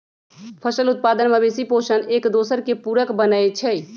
फसल उत्पादन, मवेशि पोशण, एकदोसर के पुरक बनै छइ